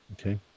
Okay